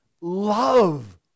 love